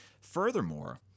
Furthermore